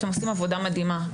אתם עושים עבודה מדהימה,